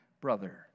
brother